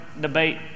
debate